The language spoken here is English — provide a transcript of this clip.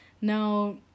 now